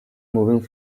moving